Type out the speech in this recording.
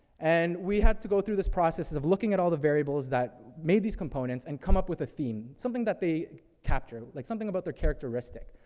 and we had to go through this process of looking at all the variables that made these components and come up with a theme, something that they captured. like, something about their characteristic.